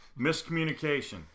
Miscommunication